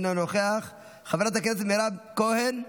אינו נוכח, חברת הכנסת מירב כהן,